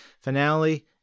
finale